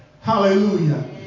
Hallelujah